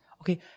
okay